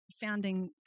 founding